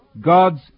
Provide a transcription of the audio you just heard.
God's